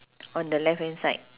on the left hand side